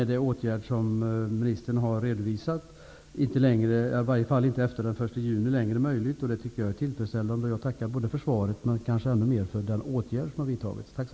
Den åtgärd som ministern har redogjort för gör att det efter den 1 juni inte längre är möjligt att ägna sig åt sådan verksamhet. Jag tycker att det är tillfredsställande. Jag tackar för svaret, och jag tackar ännu mer för den åtgärd som har vidtagits.